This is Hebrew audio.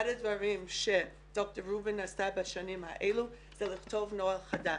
אחד הדברים שדוקטור רובין עשתה בשנים האלה זה לכתוב נוהל חדש.